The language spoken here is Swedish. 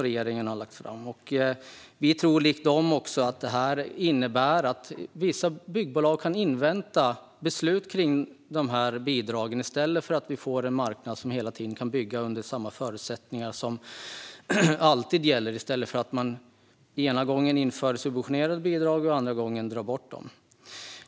Vi tror i likhet med dem att detta innebär att vissa byggbolag inväntar beslut om bidrag i stället för att bygga. Då får vi inte en marknad där man hela tiden kan bygga under samma förutsättningar. Ena gången får man subventioner och bidrag, andra gången tas de bort.